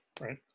right